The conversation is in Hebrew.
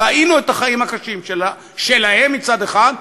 וראינו את החיים הקשים שלהם מצד אחד,